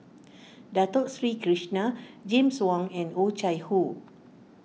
Dato Sri Krishna James Wong and Oh Chai Hoo